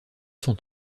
sont